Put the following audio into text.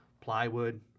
plywood